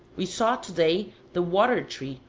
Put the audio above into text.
we saw to-day the water tree,